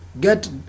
Get